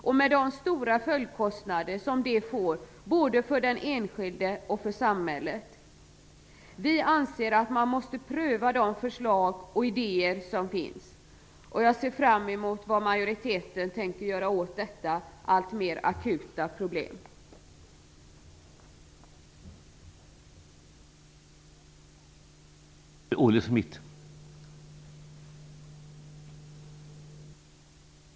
Det innebär stora följdkostnader både för den enskilde och för samhället. Vi anser att man måste pröva de förslag och idéer som har kommit fram. Jag ser fram emot att få se vad majoriteten tänker göra åt detta problem som blir alltmer akut.